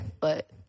But-